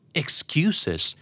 excuses